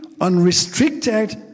Unrestricted